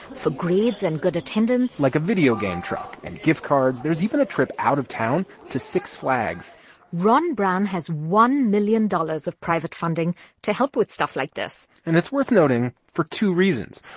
for grades and good attendance like a video game truck and gift cards there's even a trip out of town to six flags ron brown has one million dollars of private funding to help with stuff like this and that's worth noting for two reasons.